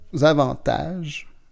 avantages